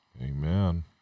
Amen